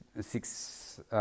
six